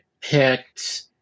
picked